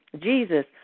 Jesus